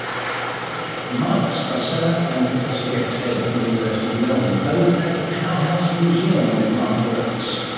um mark scarcella and professor geoff taylor from the university of melbourne, both at the powerhouse museum where mark works.